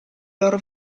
loro